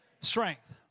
strength